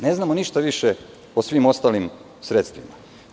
Ne znamo ništa više o svim ostalim sredstvima.